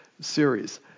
series